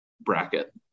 bracket